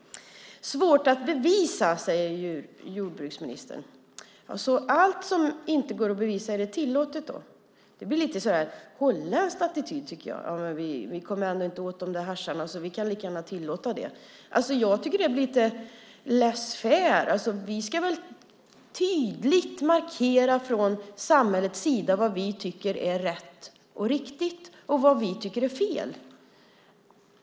Svårt att bevisa, säger jordbruksministern. Är allt som inte går att bevisa tillåtet då? Det blir lite holländsk attityd, tycker jag. Vi kommer ändå inte åt de där hascharna så vi kan lika gärna tillåta det. Jag tycker att det blir lite laissez-faire . Vi ska väl tydligt markera från samhällets sida vad vi tycker är rätt och riktigt och vad vi tycker är fel.